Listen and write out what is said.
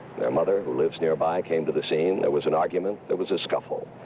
their mother, who lives nearby, came to the scene. there was an argument there was a scuffle.